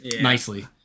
nicely